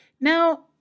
Now